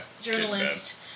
journalist